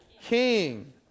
king